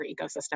ecosystem